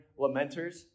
lamenters